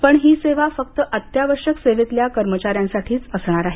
पण ही सेवा फक्त अत्यावश्यक सेवेतल्या कर्मचाऱ्यांसाठीच असणार आहे